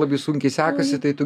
labai sunkiai sekasi tai tu